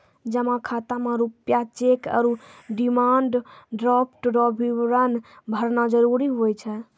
जमा खाता मे रूपया चैक आरू डिमांड ड्राफ्ट रो विवरण भरना जरूरी हुए छै